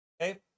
Okay